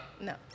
No